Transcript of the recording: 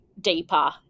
deeper